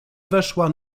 weszła